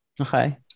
Okay